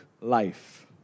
life